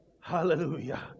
hallelujah